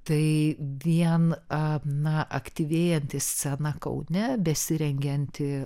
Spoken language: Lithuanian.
tai vien a na aktyvėjanti scena kaune besirengianti